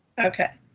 okay.